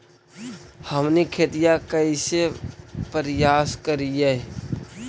हमनी खेतीया कइसे परियास करियय?